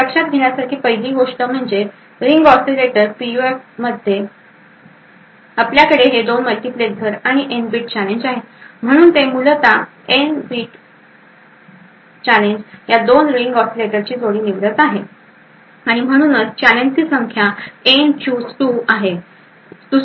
तर लक्षात घेण्यासारखी पहिली गोष्ट म्हणजे रिंग ऑसीलेटर पीयूएफमध्ये आपल्याकडे हे 2 मल्टीप्लेक्सर्स आणि एन बिट चॅलेंज आहेत म्हणूनच ते मूलत एन बीट चॅलेंज या 2 रिंग ऑसीलेटरची जोडी निवडत आहेत आणि म्हणूनच चॅलेंजची संख्या एन चुज 2 आहे